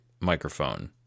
microphone